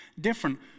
different